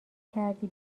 کردی